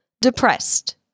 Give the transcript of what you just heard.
Depressed